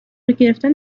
گرفتن